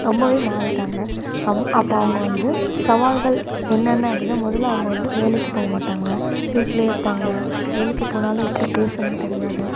ரொம்பவே மாறிட்டாங்கள் அம் அப்போ அவங்க வந்து சவால்கள் என்னென்ன அப்படின்னா முதல்ல அவங்க வந்து வேலைக்கு போகமாட்டாங்க வீட்டிலையே இருப்பாங்கள் வேலைக்கு போனாலும் எப்படி பேசணும்னு தெரியாது